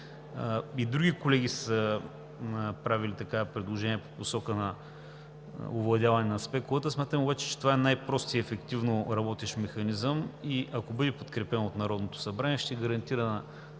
И други колеги са правили предложения по посока на овладяване на спекулата, но смятам, че това е най-простият и ефективно работещ механизъм и ако бъде подкрепен от Народното събрание, ще гарантира на